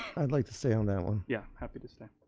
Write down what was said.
i'd like to say on that one. yeah, happy to stay.